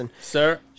Sir